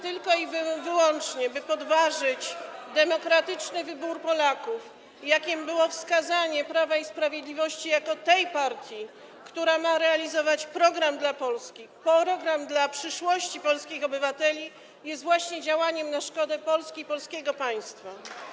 tylko i wyłącznie, by podważyć demokratyczny wybór Polaków, jakim było wskazanie Prawa i Sprawiedliwości jako tej partii, która ma realizować program dla Polski, program dla przyszłości polskich obywateli, jest właśnie działaniem na szkodę Polski i polskiego państwa.